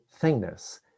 thingness